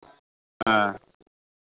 ᱦᱮᱸ